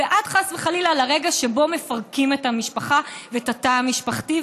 ועד חס וחלילה לרגע שבו מפרקים את המשפחה ואת התא המשפחתי,